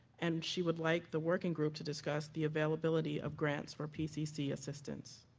and she would like the working group to discuss the availability of grants for pcc assistants.